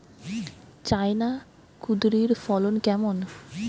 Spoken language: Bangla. চায়না কুঁদরীর ফলন কেমন?